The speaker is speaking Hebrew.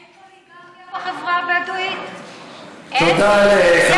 אין פוליגמיה בחברה הבדואית, אין?